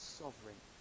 sovereign